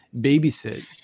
babysit